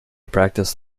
practiced